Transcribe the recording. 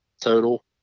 total